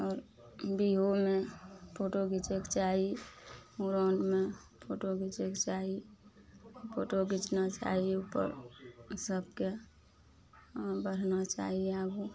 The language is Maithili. आओर बियाहोमे फोटो घीचयके चाही मूरनमे फोटो घीचयके चाही फोटो घीचना चाही उपर सबके बढ़ना चाही आगू